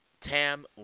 Tam